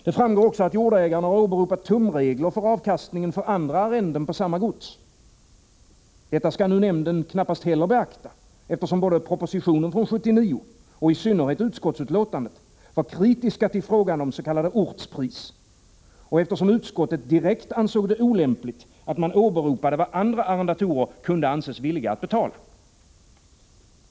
Det framgår också att jordägaren åberopat tumregler för avkastningen för andra arrenden på samma gods. Detta skall nu nämnden knappast heller beakta, eftersom både propositionen från 1979 och i synnerhet utskottsbetänkandet var kritiska till frågan om s.k. ortspris och utskottet direkt ansåg det olämpligt att man åberopade vad andra arrendatorer kunde anses villiga att betala.